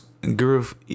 Groove